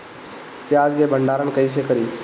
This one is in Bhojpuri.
प्याज के भंडारन कईसे करी?